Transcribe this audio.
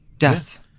Yes